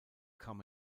kam